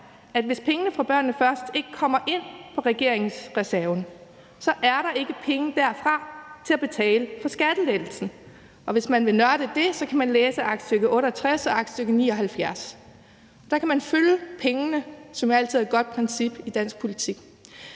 at hvis pengene fra »Børnene Først« ikke kommer ind i regeringsreserven, er der ikke penge derfra til at betale for skattelettelsen. Hvis man vil nørde i det, kan man læse aktstykke nr. 68 og aktstykke nr. 79. Der kan man følge pengene, hvilket jo altid er et godt princip i dansk politik.